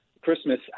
Christmas